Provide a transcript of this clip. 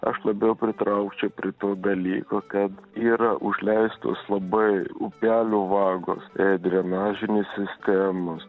aš labiau pritraukčiau prie to dalyko kad yra užleistos labai upelių vagos e drenažinės sistemos